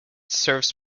serves